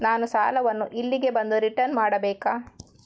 ನಾನು ಸಾಲವನ್ನು ಇಲ್ಲಿಗೆ ಬಂದು ರಿಟರ್ನ್ ಮಾಡ್ಬೇಕಾ?